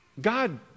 God